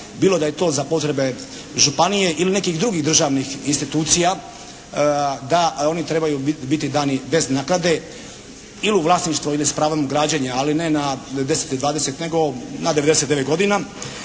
bilo da je to za potrebe županije ili nekih drugih državnih institucija da oni trebaju biti dani bez naknade ili u vlasništvo ili s pravom građenja, ali ne na deset ili dvadeset nego na